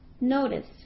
notice